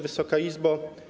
Wysoka Izbo!